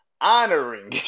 honoring